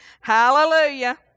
Hallelujah